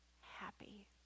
happy